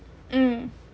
mm